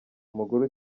umugore